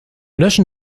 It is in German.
löschen